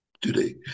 today